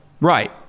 Right